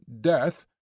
death